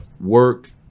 work